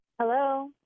Hello